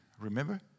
Remember